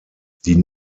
die